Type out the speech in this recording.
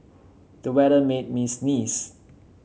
the weather made me sneeze